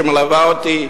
שמלווה אותי,